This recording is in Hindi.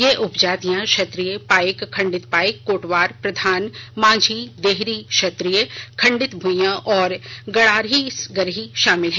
ये उपजातियां क्षत्रीय पाईक खंडित पाईक कोटवार प्रधान मांझी देहरी क्षत्रीय खंडित भुईयां और गड़ाही गहरी शामिल हैं